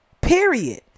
period